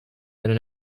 than